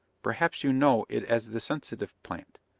perhaps you know it as the sensitive plant.